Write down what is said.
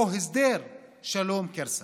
הסדר שלום, קרסה,